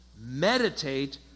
Meditate